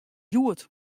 hjoed